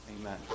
Amen